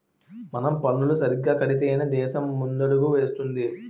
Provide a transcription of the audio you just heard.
మనం పన్నులు సరిగ్గా కడితేనే దేశం ముందడుగులు వేస్తుంది